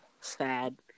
Sad